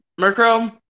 Murkrow